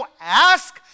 ask